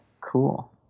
cool